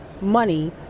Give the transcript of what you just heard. money